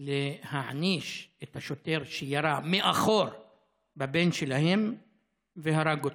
להעניש את השוטר שירה מאחור בבן שלהם והרג אותו.